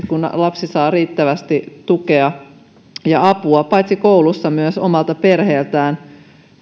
kun lapsi saa riittävästi tukea ja apua paitsi koulussa myös omalta perheeltään